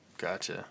gotcha